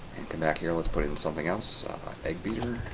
come back here. let's put it in something else eggbeater